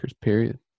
period